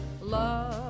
Love